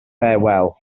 farewell